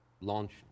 launched